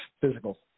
physical